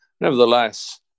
nevertheless